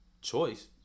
choice